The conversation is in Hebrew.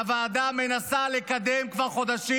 הוועדה מנסה לקדם, כבר חודשים,